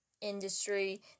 industry